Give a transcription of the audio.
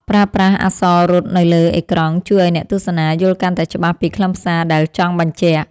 ប្រើប្រាស់អក្សររត់នៅលើអេក្រង់ជួយឱ្យអ្នកទស្សនាយល់កាន់តែច្បាស់ពីខ្លឹមសារដែលចង់បញ្ជាក់។